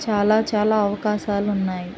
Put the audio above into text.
చాలా చాలా అవకాశాలు ఉన్నాయి